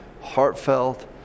heartfelt